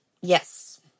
Yes